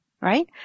right